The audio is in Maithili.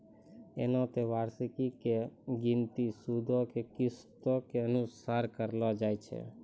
एना त वार्षिकी के गिनती सूदो के किस्तो के अनुसार करलो जाय छै